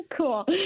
Cool